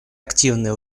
активное